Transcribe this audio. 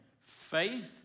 faith